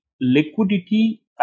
liquidity